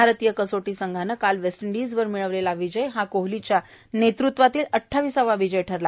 भारतीय कसोटी संघानं काल वेस्ट इंडीजवर मिळवलेला विजय हा कोहलीच्या नेतृत्वातला अठ्ठावीसावा विजय ठरला